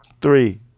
Three